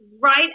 right